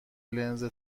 لنز